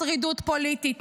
שרידות פוליטית,